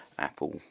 apple